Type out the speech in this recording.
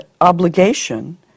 obligation